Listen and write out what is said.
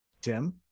Tim